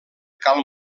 cal